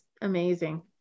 amazing